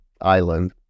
Island